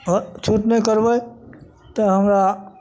छूट नहि करबै तऽ हमरा